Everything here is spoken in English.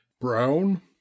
brown